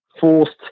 forced